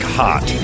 hot